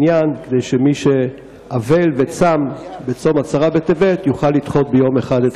יש עדיפות לאומית היום להישאר בכנסת.